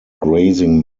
grazing